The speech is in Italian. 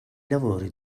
lavori